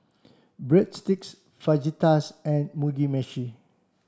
Breadsticks Fajitas and Mugi Meshi